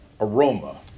aroma